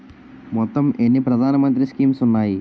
మొత్తం ఎన్ని ప్రధాన మంత్రి స్కీమ్స్ ఉన్నాయి?